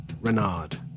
Renard